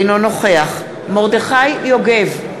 אינו נוכח מרדכי יוגב,